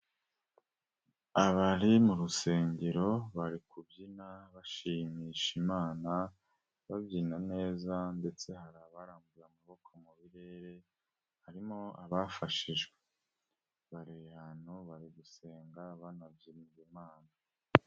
Abari mu rusengero bari kubyina bashimisha Imana, babyina neza ndetse hari abarambuye amaboko mu birere, harimo abafashijwe, bari ahantu. Bari ahantu, bari gusenga banabyinira Imana.